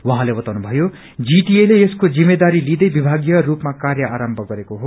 उहाँले बताउनु भयो जीटीए ले यसको जिम्मेदारी लिँदै विभागीय रूपमा कार्य आरम्म गरेको हो